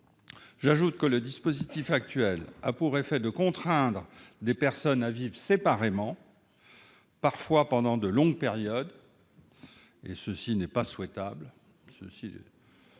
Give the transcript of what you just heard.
J'ajoute que le dispositif actuel a pour effet de contraindre des conjoints à vivre séparément, parfois pendant de longues périodes, ce qui n'est pas souhaitable.